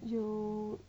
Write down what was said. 有